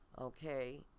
okay